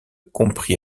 comprit